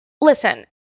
Listen